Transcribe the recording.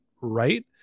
right